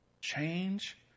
change